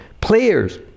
Players